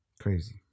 Crazy